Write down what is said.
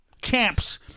camps